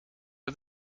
are